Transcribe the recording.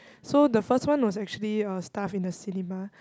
so the first one was actually a staff in a cinema